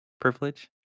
privilege